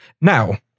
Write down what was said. now